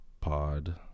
Pod